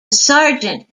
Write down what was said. sergeant